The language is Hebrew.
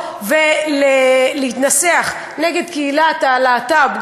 ולהתנסח נגד קהילת הלהט"ב,